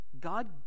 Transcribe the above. God